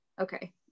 okay